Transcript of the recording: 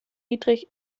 dietrich